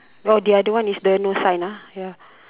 [oh]the other one is the no sign ah ya